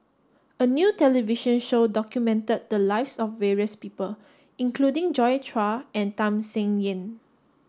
a new television show documented the lives of various people including Joi Chua and Tham Sien Yen